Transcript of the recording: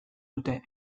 dute